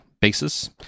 basis